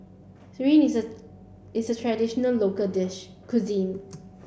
Sireh is a is a traditional local dish cuisine